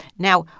now,